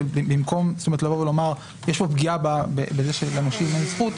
במקום לבוא ולומר שיש פה פגיעה בזה שלנושים אין זכות,